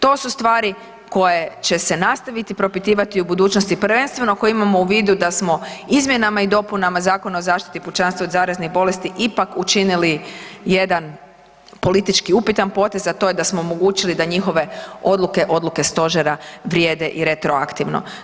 To su stvari koje će se nastaviti propitivati u budućnosti prvenstveno ako imamo u vidu da smo izmjenama i dopunama Zakona o zaštiti pučanstva od zaraznih bolesti ipak učinili jedan politički upitan potez, a to je da smo omogućili da njihove odluke i odluke stožere vrijede i retroaktivno.